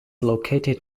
located